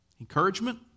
encouragement